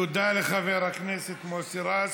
תודה לחבר הכנסת מוסי רז.